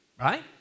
right